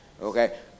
Okay